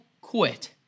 quit